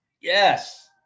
Yes